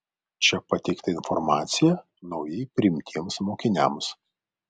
čia pateikta informacija naujai priimtiems mokiniams